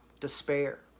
despair